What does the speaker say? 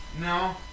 no